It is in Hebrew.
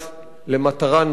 למטרה נוחה,